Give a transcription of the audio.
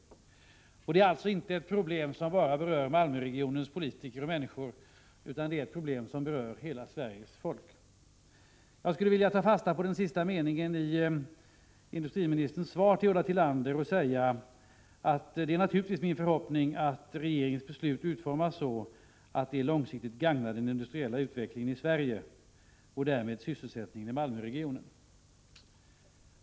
Kockums framtid är alltså inte ett problem som berör bara Malmöregionens politiker och människor, utan det berör hela Sveriges folk. Jag skulle vilja ta fasta på den sista meningen i industriministerns svar till Ulla Tillander. Det är naturligtvis min förhoppning att regeringens beslut utformas så, att det långsiktigt gagnar den industriella utvecklingen i Sverige och därmed sysselsättningen i Malmöregionen.